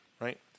right